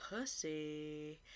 pussy